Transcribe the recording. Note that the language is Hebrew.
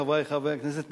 חברי חברי הכנסת,